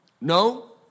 No